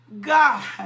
God